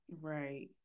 Right